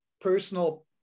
personal